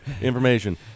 information